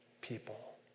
people